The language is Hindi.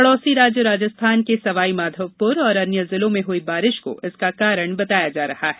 पड़ोसी राज्य राजस्थान के सवाई माधवपुर और अन्य जिलों में हुई बारिश को इसका कारण बताया जा रहा है